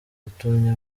watumye